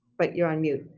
but you're on mute?